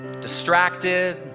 distracted